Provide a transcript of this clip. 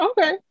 okay